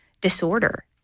disorder